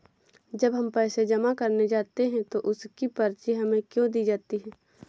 जब हम पैसे जमा करने जाते हैं तो उसकी पर्ची हमें क्यो नहीं दी जाती है?